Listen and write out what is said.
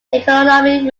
economy